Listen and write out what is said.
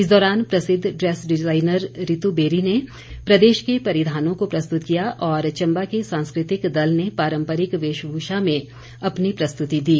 इस दौरान प्रसिद्ध ड्रेस डिजाइनर रितु बेरी ने प्रदेश के परिधानों को प्रस्तुत किया और चंबा के सांस्कृतिक दल ने पारम्परिक वेशभूषा में अपनी प्रस्तुति दी